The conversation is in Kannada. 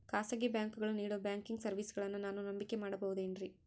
ಖಾಸಗಿ ಬ್ಯಾಂಕುಗಳು ನೇಡೋ ಬ್ಯಾಂಕಿಗ್ ಸರ್ವೇಸಗಳನ್ನು ನಾನು ನಂಬಿಕೆ ಮಾಡಬಹುದೇನ್ರಿ?